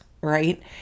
right